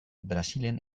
brasilen